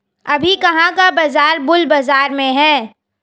अभी कहाँ का बाजार बुल बाजार में है?